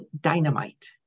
dynamite